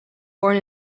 born